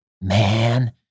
man